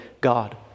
God